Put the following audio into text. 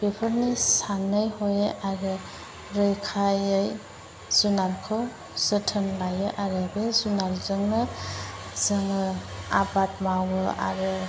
बेफोरखौ सानै हयै आरो रैखायै जुनारखौ जोथोन लायो आरो बे जुनारजोंनो जोङो आबाद मावो आरो